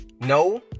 No